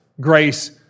grace